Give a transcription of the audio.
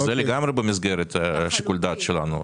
וזה לגמרי במסגרת שיקול הדעת שלנו.